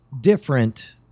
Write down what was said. different